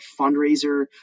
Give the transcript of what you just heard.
fundraiser